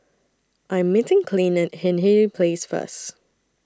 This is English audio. I Am meeting Clint At Hindhede Place First